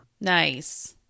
Nice